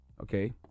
okay